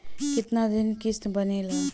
कितना दिन किस्त बनेला?